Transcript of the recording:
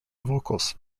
vocals